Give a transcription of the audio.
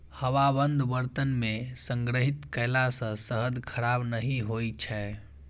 हवाबंद बर्तन मे संग्रहित कयला सं शहद खराब नहि होइ छै